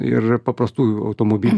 ir paprastų automobilių